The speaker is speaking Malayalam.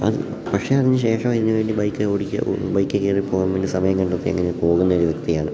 അത് പക്ഷേ അതിനുശേഷം അതിനുവേണ്ടി ബൈക്ക് ഓടിക്കുകയോ ബൈക്ക് കയറി പോവാൻവേണ്ടി സമയം കണ്ടത്തി അങ്ങനെ പോകുന്നൊരു വ്യക്തിയാണ്